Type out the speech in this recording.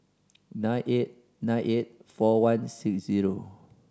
nine eight nine eight four one six zero